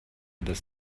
das